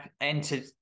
entered